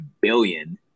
billion